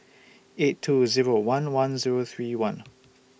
eight two Zero one one Zero three one